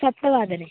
सप्तवादने